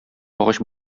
агач